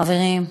חברים,